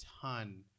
ton